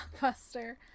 blockbuster